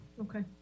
okay